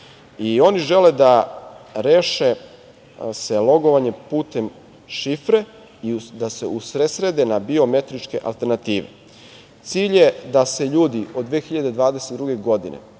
Oni žele da se reše logovanja putem šifre i da se usredsrede na biometričke alternative. Cilj je da se ljudi od 2022. godine,